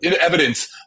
evidence